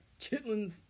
Chitlins